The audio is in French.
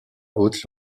haute